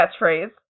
catchphrase